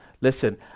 Listen